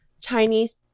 Chinese